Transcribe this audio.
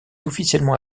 officiellement